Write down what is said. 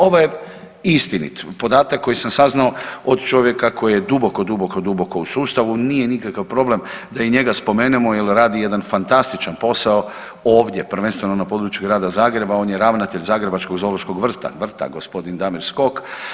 Ovo je istinit podatak koji sam saznao od čovjeka koji je duboko, duboko, duboko u sustavu, nije nikakav problem da i njega spomenemo jel radi jedan fantastičan posao ovdje, prvenstveno na području Grada Zagreba, on je ravnatelj zagrebačkog zoološkog vrta, vrta, g. Damir Skok.